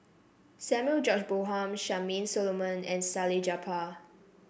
Samuel George Bonham Charmaine Solomon and Salleh Japar